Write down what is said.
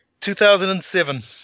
2007